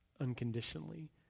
unconditionally